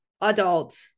adult